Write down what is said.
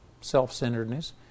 Self-centeredness